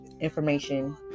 information